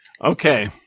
okay